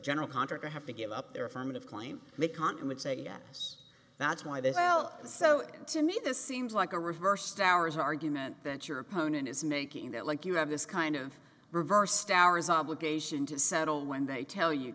general contractor have to give up their affirmative claim the continents say yes that's why they sell so to me this seems like a reverse tower's argument that your opponent is making that like you have this kind of reversed ours obligation to settle when they tell you